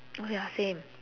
oh ya same